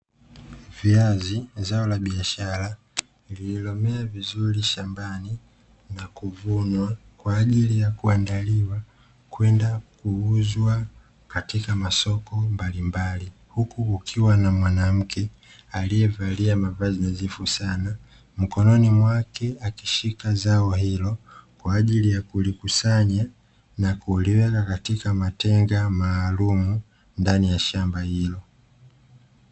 Viazi zao la biashara lililomea vizuri shambani na kuvunwa kwa ajili ya kuandaliwa kwenda kuuzwa katika masoko mbalimbali huku kukiwa na mwanamke aliyevalia mavazi nadhifu sana mkononi mwake akishika zao hilo kwa ajili ya kulikusanja na kuliweka katika matenga maalumu ndani ya shamba hilo.